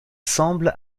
semble